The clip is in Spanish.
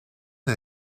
del